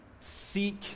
Seek